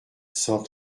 cent